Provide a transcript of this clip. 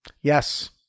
Yes